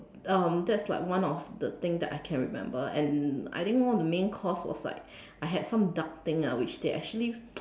um that's like one of the thing that I remember and I think one of the main course was like I had some duck thing ah which they actually